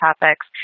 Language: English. topics